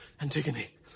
Antigone